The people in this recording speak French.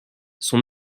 son